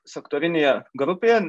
sektorinėje grupėje